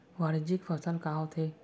वाणिज्यिक फसल का होथे?